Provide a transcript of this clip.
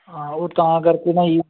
ਹਾਂ ਉਹ ਤਾਂ ਕਰਕੇ ਨਾ